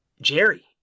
jerry